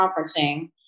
conferencing